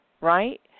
right